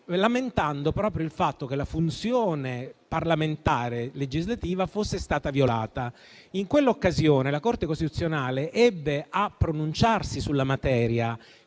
lamentando proprio il fatto che la funzione parlamentare legislativa fosse stata violata. In quell'occasione, la Corte costituzionale ebbe a pronunciarsi sulla materia